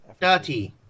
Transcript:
thirty